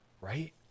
right